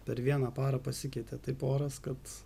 per vieną parą pasikeitė taip oras kad